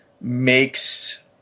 makes